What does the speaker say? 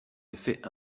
effet